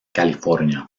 california